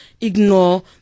ignore